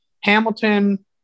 Hamilton